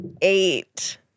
Eight